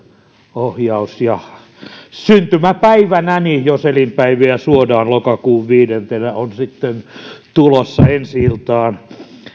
ohjaus ja syntymäpäivänäni jos elinpäiviä suodaan lokakuun viidentenä on tulossa ensi iltaan